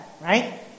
right